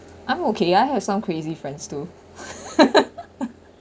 I'm okay I have some crazy friends too